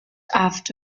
aft